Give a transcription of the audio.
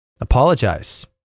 Apologize